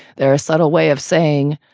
there are a subtle way of saying,